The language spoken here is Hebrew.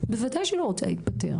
בוודאי שהיא לא רוצה להתפטר.